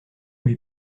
lui